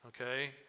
okay